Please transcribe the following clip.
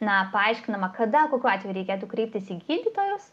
na paaiškinama kada kokiu atveju reikėtų kreiptis į gydytojus